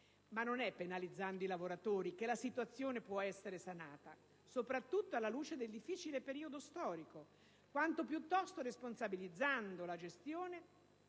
Ma non è penalizzando i lavoratori che la situazione potrà essere sanata, in particolare alla luce del difficile periodo storico, quanto piuttosto responsabilizzando la gestione